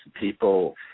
people –